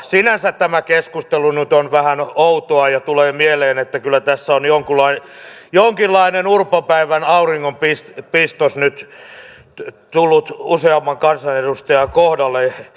sinänsä tämä keskustelu nyt on vähän outoa ja tulee mieleen että kyllä tässä on jonkinlainen urpon päivän auringonpistos nyt tullut useamman kansanedustajan kohdalle